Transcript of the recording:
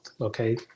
Okay